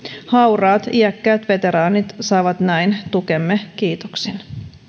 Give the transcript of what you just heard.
hauraat iäkkäät veteraanit saavat näin tukemme kiitoksin